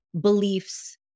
beliefs